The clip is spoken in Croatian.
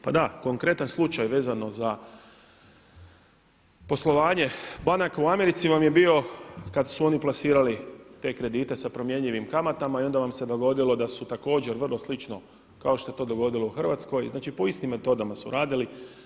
Pa da konkretan slučaj vezano za poslovanje banka u Americi vam je bio kada su oni plasirali te kredite sa promjenjivim kamata i onda vam se dogodilo da su također vrlo slično kao što se to dogodilo Hrvatskoj, znači po istim metodama su radili.